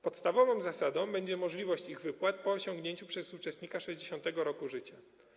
Podstawową zasadą będzie możliwość ich wypłaty po osiągnięciu przez uczestnika 60. roku życia.